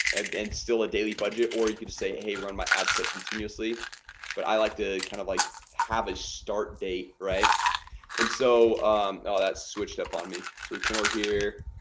and then still a daily budget, or you could say hey run my ad set continuously but i like to kind of like have a start date right and so all that switched up on me so we come over here